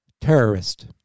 Terrorist